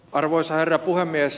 arvoisa herra puhemies